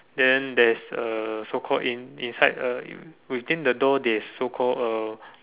then there is a so called in inside a you within the door there is so called a